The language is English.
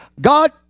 God